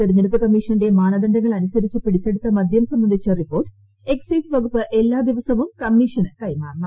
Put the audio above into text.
തെരഞ്ഞെടുപ്പ് കമ്മിഷന്റെ മാനദണ്ഡങ്ങൾ അനുസരിച്ച് പിടിച്ചെടുത്ത മദ്യം സംബന്ധിച്ച റിപ്പോർട്ട് എക്സൈസ് വകുപ്പ് എല്ലാ ദിവസവും കമ്മിഷന് കൈമാറണം